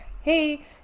hey